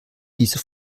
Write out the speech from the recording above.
diese